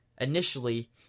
initially